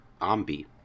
Ambi